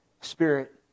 spirit